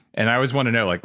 and i always want to know, like